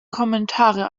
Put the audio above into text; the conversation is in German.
kommentare